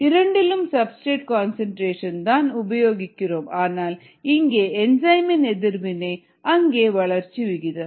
இரண்டிலும் substrate concentration தான் உபயோகிக்கிறோம் ஆனால் இங்கே என்சைமின் எதிர்வினை அங்கே வளர்ச்சி விகிதம்